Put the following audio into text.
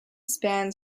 span